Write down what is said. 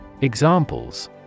Examples